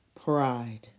pride